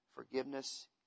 Forgiveness